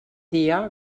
dia